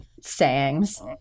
sayings